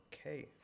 Okay